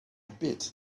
bit